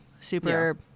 super